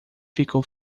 ficou